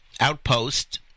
outpost